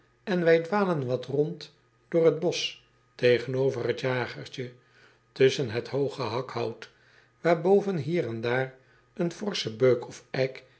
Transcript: en wij dwalen wat rond door het bosch tegenover het jagertje tusschen het hooge hakhout waarboven hier en daar een forsche beuk of eik